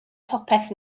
popeth